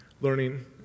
learning